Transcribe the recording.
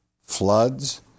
floods